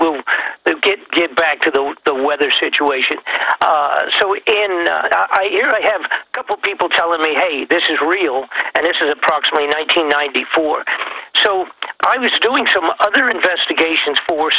will get get back to the the weather situation so we in i hear i have a couple people telling me hey this is real and this is approximately nine hundred ninety four so i was doing some other investigations for